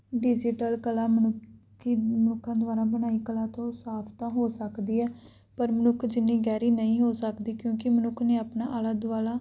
digital ਕਲਾ ਮਨੁੱਖੀ ਮਨੁੱਖਾਂ ਦੁਆਰਾ ਬਣਾਈ ਕਲਾ ਤੋਂ ਸਾਫ ਤਾਂ ਹੋ ਸਕਦੀ ਹੈ ਪਰ ਮਨੁੱਖ ਜਿੰਨੀ ਗਹਿਰੀ ਨਹੀਂ ਹੋ ਸਕਦੀ ਕਿਉਂਕਿ ਮਨੁੱਖ ਨੇ ਆਪਣਾ ਆਲਾ ਦੁਆਲਾ